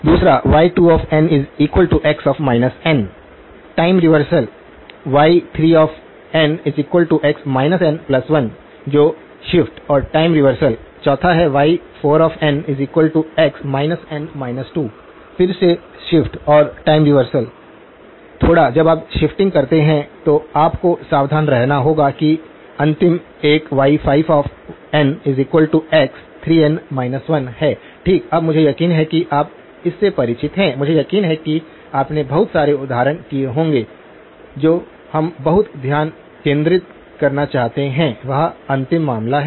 दूसरा y2nx n time reversal y3nx n1 जो shift और टाइम रिवर्सल चौथा है y4nx n 2 फिर से शिफ्ट और टाइम रिवर्सल थोड़ा जब आप शिफ्टिंग करते हैं तो आपको सावधान रहना होगा और अंतिम एक y5nx3n 1 है ठीक अब मुझे यकीन है कि आप इससे परिचित हैं मुझे यकीन है कि आपने बहुत सारे उदाहरण किए होंगे जो हम बहुत ध्यान केंद्रित करना चाहते हैं वह अंतिम मामला है